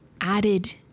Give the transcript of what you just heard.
added